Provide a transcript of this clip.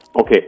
okay